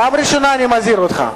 פעם ראשונה אני מזהיר אותך.